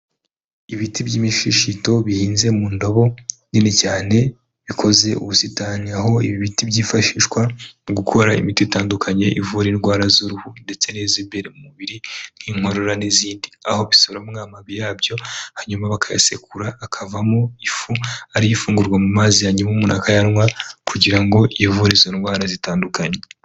Ibiti by'imishishito bihinze mu ndobo nini cyane bikoze ubusitani aho ibi biti byifashishwa mu gukora imiti itandukanye ivura indwara z'uruhu ndetse niz’imbere mu mubiri n'inkorora n'izindi aho bisoromwa amababi yabyo hanyuma bakayasekura akavamo ifu ariy’ifungurwa mu mazi hanyuma umuntu akayanywa kugira ngo ivure izo ndwara zitandukanye.